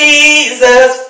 Jesus